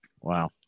wow